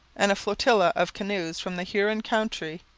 and a flotilla of canoes from the huron country,